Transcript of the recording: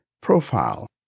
profile